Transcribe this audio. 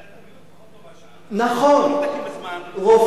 מערכת הבריאות פחות טובה שם לא מקבלים בדיקות,